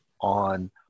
on